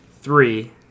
three